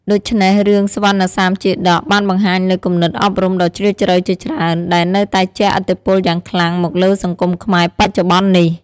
ដូច្នេះរឿងសុវណ្ណសាមជាតកបានបង្ហាញនូវគំនិតអប់រំដ៏ជ្រាលជ្រៅជាច្រើន ដែលនៅតែជះឥទ្ធិពលយ៉ាងខ្លាំងមកលើសង្គមខ្មែរបច្ចុប្បន្ននេះ។